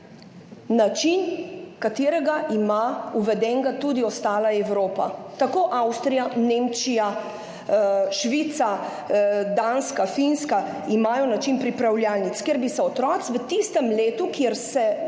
način, katerega ima uvedenega tudi ostala Evropa, tako Avstrija, Nemčija, Švica, Danska, Finska imajo način pripravljalnic, kjer bi se otroci v tistem letu, ko se